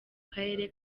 karere